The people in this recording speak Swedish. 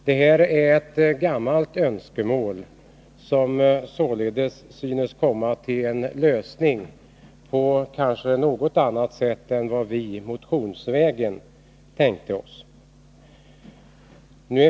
Det här är ett gammalt önskemål, som således synes komma att uppfyllas på ett kanske något annat sätt än vi tänkte oss när vi skrev motionen.